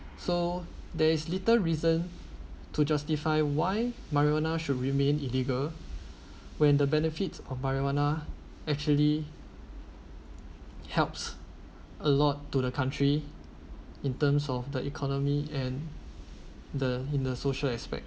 so there is little reason to justify why marijuana should remain illegal when the benefits of marijuana actually helps a lot to the country in terms of the economy and the in the social aspect